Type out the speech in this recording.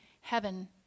heaven